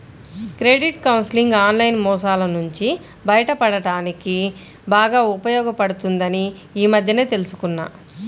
credit counselling online మోసాల నుంచి బయటపడడానికి బాగా ఉపయోగపడుతుందని ఈ మధ్యనే తెల్సుకున్నా